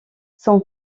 son